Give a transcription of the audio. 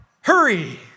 hurry